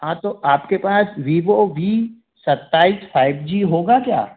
हाँ तो आपके पास वीवो वी सत्ताईस फ़ाइव जी होगा क्या